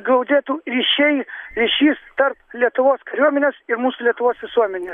gaudėtų ryšiai ryšys tarp lietuvos kariuomenės ir mūsų lietuvos visuomenė